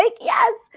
yes